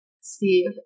Steve